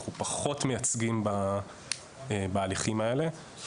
אנחנו פחות מייצגים בהליכים האלה.